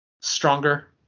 stronger